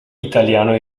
italiano